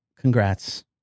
Congrats